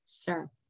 Sure